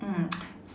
mm